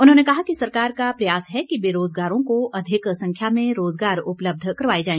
उन्होंने कहा कि सरकार का प्रयास है कि बेरोजगारों को अधिक संख्या में रोजगार उपलब्ध करवाए जाए